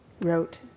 wrote